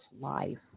Life